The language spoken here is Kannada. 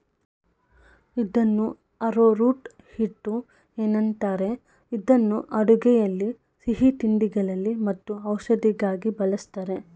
ಇದನ್ನು ಆರೋರೂಟ್ ಹಿಟ್ಟು ಏನಂತಾರೆ ಇದನ್ನು ಅಡುಗೆಯಲ್ಲಿ ಸಿಹಿತಿಂಡಿಗಳಲ್ಲಿ ಮತ್ತು ಔಷಧಿಗಾಗಿ ಬಳ್ಸತ್ತರೆ